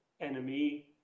enemy